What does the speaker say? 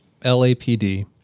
LAPD